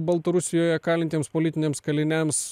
baltarusijoje kalintiems politiniams kaliniams